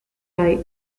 eye